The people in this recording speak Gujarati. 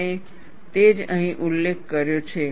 અને તે જ અહીં ઉલ્લેખ કર્યો છે